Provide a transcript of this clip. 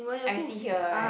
I see here right